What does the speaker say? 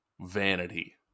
Vanity